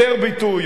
יותר ביטוי,